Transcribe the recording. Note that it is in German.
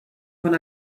von